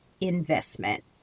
investment